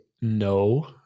no